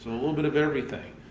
a little bit of everything.